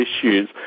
issues